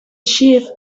chief